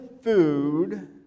food